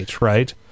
right